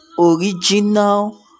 original